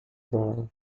bola